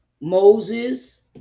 Moses